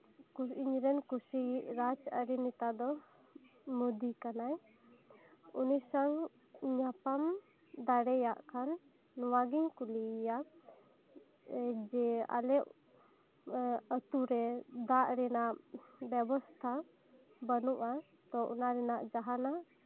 ᱤᱧᱨᱮᱱ ᱠᱩᱥᱤ ᱨᱟᱡᱽᱟᱹᱨᱤ ᱱᱮᱛᱟ ᱫᱚ ᱢᱚᱫᱤ ᱠᱟᱱᱟᱭ ᱩᱱᱤ ᱥᱟᱶ ᱧᱟᱯᱟᱢ ᱫᱟᱲᱮᱭᱟᱜ ᱠᱷᱟᱱ ᱱᱚᱣᱟᱜᱤᱧ ᱠᱩᱞᱤᱭᱮᱭᱟ ᱡᱮ ᱟᱞᱮ ᱟᱛᱳᱨᱮ ᱫᱟᱜ ᱨᱮᱱᱟᱜ ᱵᱮᱵᱚᱥᱛᱟ ᱵᱟᱹᱱᱩᱜᱼᱟ ᱛᱚ ᱚᱱᱟ ᱨᱮᱱᱟᱜ ᱡᱟᱦᱟᱱᱟᱜ